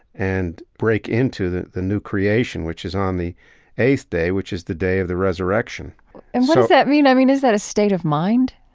and break into the the new creation, which is on the eighth day, which is the day of the resurrection. so, and what does that mean? i mean, is that a state of mind?